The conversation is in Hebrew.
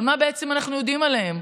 אבל מה בעצם אנחנו יודעים עליהם?